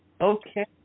Okay